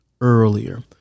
earlier